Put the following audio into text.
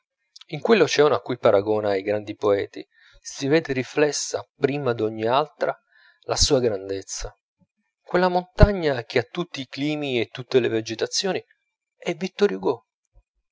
cui paragona i grandi poeti si vede riflessa prima d'ogni altra la sua grandezza quella montagna che ha tutti i climi e tutte le vegetazioni è vittor hugo